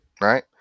Right